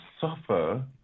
suffer